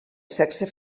sexe